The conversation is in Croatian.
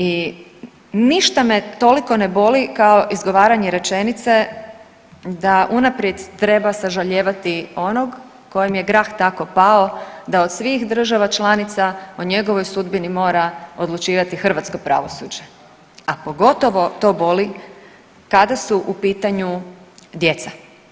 I ništa me toliko ne boli kao izgovaranje rečenice da unaprijed treba sažalijevati onog kojem je grah tako pao da od svih država članica o njegovoj sudbini mora odlučivati hrvatsko pravosuđe, a pogotovo to boli kada su u pitanju djeca.